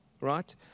right